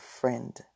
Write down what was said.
friend